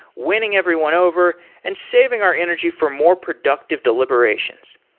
winning everyone over and saving our energy for more productive deliberations.